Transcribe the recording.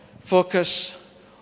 Focus